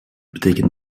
betekent